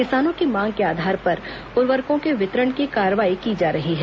किसानों की मांग के आधार पर उर्वरकों के वितरण की कार्रवाई की जा रही है